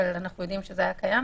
אבל זה היה קיים,